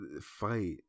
fight